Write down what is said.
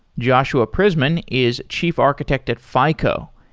joshua prismon is chief architect at fico,